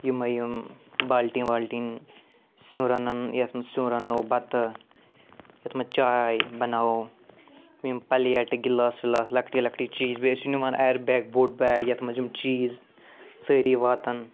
یِمٔے یِم بالٹیٖن والٹیٖن سیٛن رَنَن یَتھ منٛز سیٛن رَنو بتہٕ یَتھ منٛز چاے بناوو یِم پَلیٹ گِلاس وِلاس لۄکٹی لۄکٹی چیٖز بیٚیہِ ٲسیٛو نِوان اَیَر بیگ بوٚڈ بیگ یَتھ منٛز یِم چیٖز سٲری واتَن